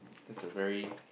that's a very